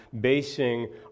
basing